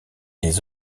des